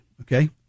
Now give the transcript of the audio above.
okay